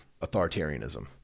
authoritarianism